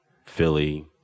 Philly